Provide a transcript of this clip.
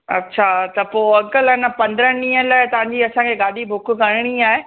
अछा त पोइ अंकल अन पंदरहां ॾींहनि लाइ तव्हांजी असांखे गाॾी बुक कराइणी आहे